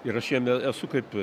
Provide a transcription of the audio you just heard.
ir aš jame esu kaip